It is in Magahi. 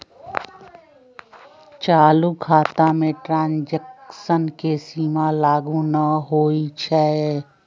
चालू खता में ट्रांजैक्शन के सीमा लागू न होइ छै